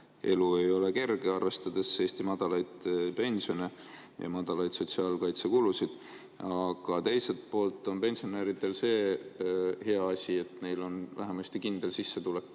elu ei ole kerge, arvestades Eesti madalaid pensione ja madalaid sotsiaalkaitsekulusid. Aga teiselt poolt on pensionäridel see hea asi, et neil on vähemasti igakuiselt